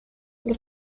the